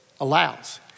allows